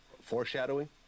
foreshadowing